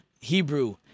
Hebrew